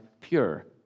pure